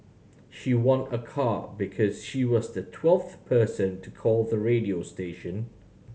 she won a car because she was the twelfth person to call the radio station